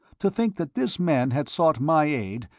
to think that this man had sought my aid,